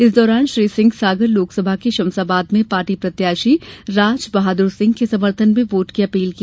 इस दौरान श्री सिंह सागर लोकसभा के शमशाबाद में पार्टी प्रत्याशी राजबहाद्र सिंह के समर्थन में वोट की अपील की